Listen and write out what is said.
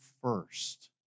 first